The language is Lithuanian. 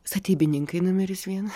statybininkai numeris vienas